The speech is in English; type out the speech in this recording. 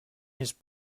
his